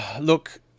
Look